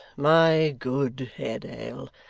my good haredale,